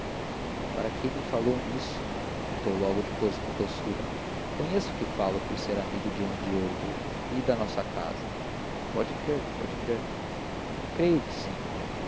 para que me falou nisso pergunta logo depois com doçura conheço que fala por ser amigo de um e de outro e da nossa casa pode crer pode crer creio sim